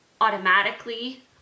automatically